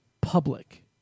public